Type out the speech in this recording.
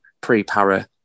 pre-para